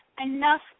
enough